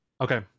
okay